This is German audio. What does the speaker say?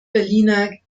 berliner